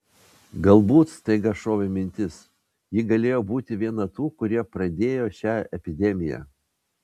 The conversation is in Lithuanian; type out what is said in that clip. galbūt staiga šovė mintis ji galėjo būti viena tų kurie pradėjo šią epidemiją